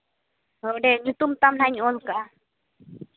ᱦᱳᱭ ᱚᱸᱰᱮ ᱧᱩᱛᱩᱢ ᱛᱟᱢ ᱱᱟᱦᱟᱸᱜ ᱤᱧ ᱚᱞ ᱠᱟᱜᱼᱟ